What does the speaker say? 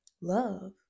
love